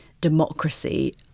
democracy